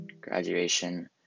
graduation